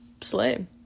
Slay